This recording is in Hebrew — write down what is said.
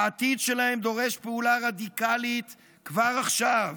העתיד שלהם דורש פעולה רדיקלית כבר עכשיו.